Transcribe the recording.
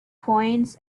coins